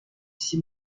six